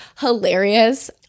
hilarious